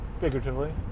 figuratively